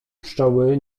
pszczoły